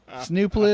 Snoop